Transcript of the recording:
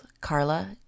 Carla